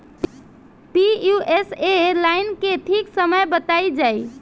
Pusa nine के ठीक समय बताई जाई?